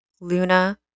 Luna